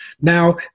Now